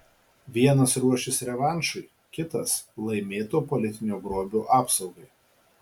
vienas ruošis revanšui kitas laimėto politinio grobio apsaugai